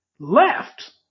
left